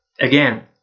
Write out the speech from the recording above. again